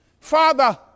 Father